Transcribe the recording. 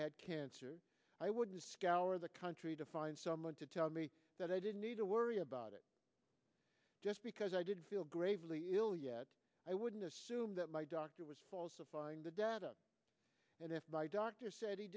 had cancer i would scour the country to find someone to tell me that i didn't need to worry about it just because i didn't feel gravely ill yet i wouldn't assume that my doctor was falsifying the data and if my doctor said he